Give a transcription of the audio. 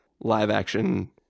live-action